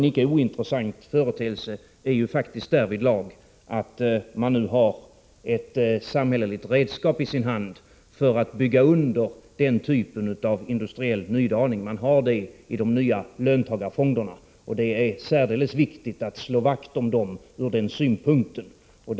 En icke ointressant företeelse är faktiskt att man nu har ett samhälleligt redskap i sin hand när det gäller att bygga under den typen av industriell nydaning. Jag avser då de nya löntagarfonderna. Det är särdeles viktigt att slå vakt om dem från den synpunkten.